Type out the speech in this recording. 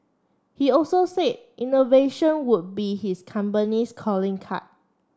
he also said innovation would be his company's calling card